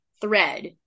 thread